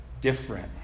different